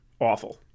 awful